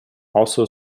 also